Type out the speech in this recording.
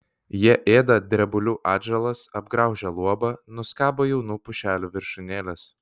jie ėda drebulių atžalas apgraužia luobą nuskabo jaunų pušelių viršūnėles